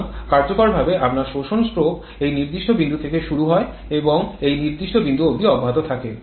সুতরাং কার্যকরভাবে আপনার শোষণ স্ট্রোক এই নির্দিষ্ট বিন্দু থেকে শুরু হয় এবং এই নির্দিষ্ট বিন্দু অবধি অব্যাহত থাকে